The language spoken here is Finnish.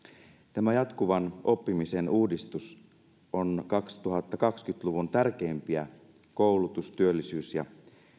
tämä jatkuvan oppimisen uudistus on kaksituhattakaksikymmentä luvun tärkeimpiä koulutus työllisyys ja